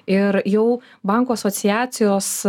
ir jau bankų asociacijos